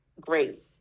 great